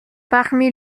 parmi